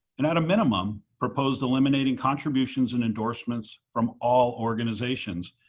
and at a minimum proposed eliminating contributions and endorsements from all organizations,